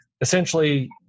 essentially